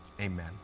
amen